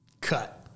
cut